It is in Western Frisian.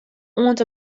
oant